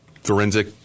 Forensic